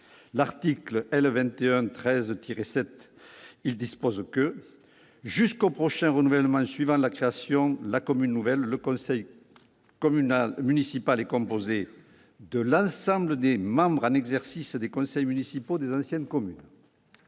territoriales dispose :« Jusqu'au prochain renouvellement suivant la création de la commune nouvelle, le conseil municipal est composé [...] de l'ensemble des membres en exercice des conseils municipaux des anciennes communes